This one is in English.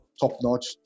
top-notch